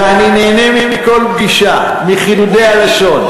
ואני נהנה מכל פגישה, מחידודי הלשון.